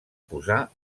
posar